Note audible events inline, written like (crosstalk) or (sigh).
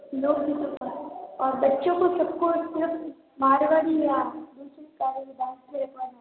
(unintelligible) और बच्चों को सब को स्टेप मारवाड़ी या दूसरी कोई डांस स्टेप करना है